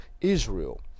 israel